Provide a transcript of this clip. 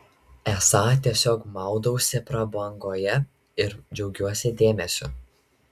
esą tiesiog maudausi prabangoje ir džiaugiuosi dėmesiu